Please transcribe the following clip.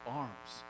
arms